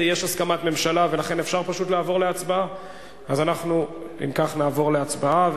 יש הסכמת הממשלה ולכן אפשר פשוט לעבור להצבעה.